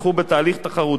או שהיו פטורים ממנו,